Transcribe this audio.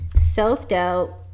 self-doubt